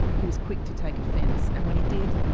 he was quick to take offence, and when he did.